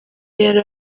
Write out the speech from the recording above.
yari